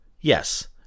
Yes